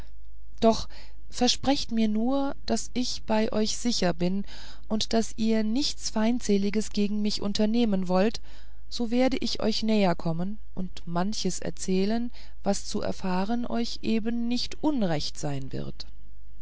doch versprecht mir nur daß ich bei euch sicher bin und daß ihr nichts feindseliges gegen mich unternehmen wollt so werde ich euch näher kommen und manches erzählen was zu erfahren euch eben nicht unrecht sein wird